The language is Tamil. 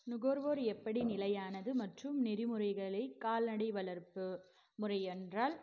நுகர்வோர் எப்படி நிலையானது மற்றும் நெறிமுறைகளை கால்நடை வளர்ப்பு முறை என்றால்